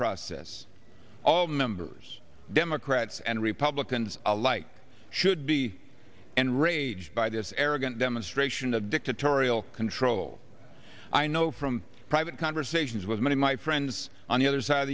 process all members democrats and republicans alike should be enraged by this arrogant demonstration of dictatorial control i know from private conversations with many of my friends on the other side of